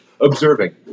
observing